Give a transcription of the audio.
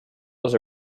was